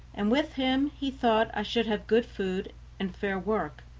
and with him he thought i should have good food and fair work.